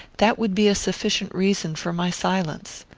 that would be a sufficient reason for my silence.